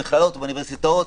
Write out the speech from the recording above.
במכללות ובאוניברסיטאות,